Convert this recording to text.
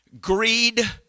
Greed